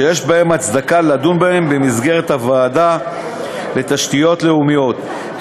שיש הצדקה לדון בהם במסגרת הוועדה לתשתיות לאומיות,